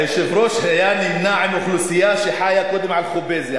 היושב-ראש נמנה עם אוכלוסייה שחיה קודם על חוביזה.